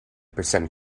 percent